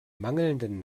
mangelnden